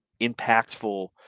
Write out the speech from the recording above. impactful